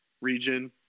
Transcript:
region